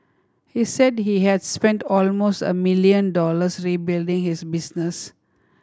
he said he had spent almost a million dollars rebuilding his business